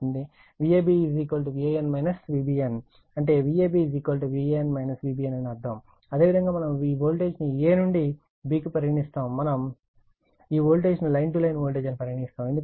అంటే Vab Van Vbn అని అర్థం అదేవిధంగా మనం ఈ వోల్టేజ్ను a నుండి b కు అని పరిగణిస్తాము మనం ఈ వోల్టేజ్ ను లైన్ టు లైన్ వోల్టేజ్ అని పరిగణిస్తాము